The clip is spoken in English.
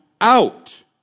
out